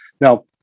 Now